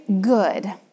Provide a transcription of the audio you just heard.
good